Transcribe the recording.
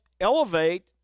elevate